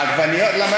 למה,